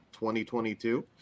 2022